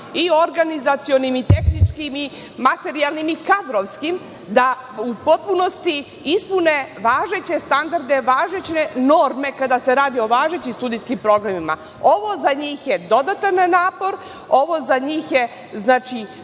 i organizacionim i tehničkim i materijalnim i kadrovskim, da u potpunosti ispune važeće standarde, važeće norme kada se radi o važećim studijskim programima. Ovo za njih je dodatan napor, ovo je za njih nešto